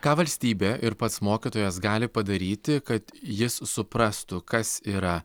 ką valstybė ir pats mokytojas gali padaryti kad jis suprastų kas yra